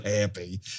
happy